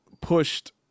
pushed